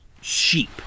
sheep